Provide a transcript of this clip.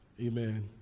Amen